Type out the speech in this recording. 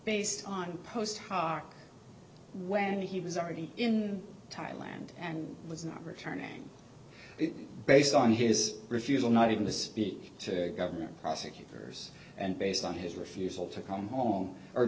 based on post harker when he was already in thailand and was not returning it based on his refusal not even to speak to government prosecutors and based on his refusal to come home or